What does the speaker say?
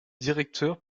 directeur